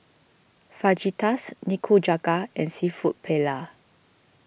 Fajitas Nikujaga and Seafood Paella